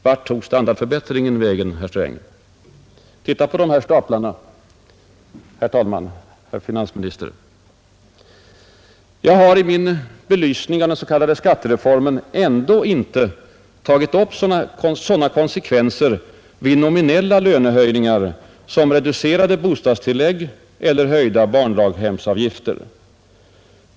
Vart tog standardförbättringen vägen, herr Sträng? Jag har i min belysning av den s.k. skattereformen ändå inte tagit upp sådana konsekvenser vid nominella lönehöjningar som reducerade bostadstillägg eller höjda barndaghemsavgifter.